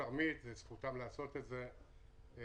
אני